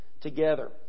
together